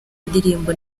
indirimbo